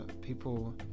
people